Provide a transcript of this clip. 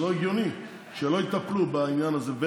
לא זה לא הגיוני שלא יטפלו בעניין הזה.